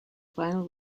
vinyl